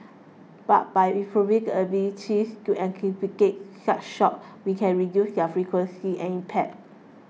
but by improving the abilities to anticipate such shocks we can reduce their frequency and impact